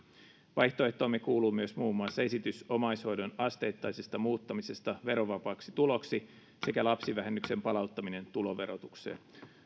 vaihtoehtoomme kuuluvat myös muun muassa esitys omaishoidon asteittaisesta muuttamisesta verovapaaksi tuloksi sekä lapsivähennyksen palauttaminen tuloverotukseen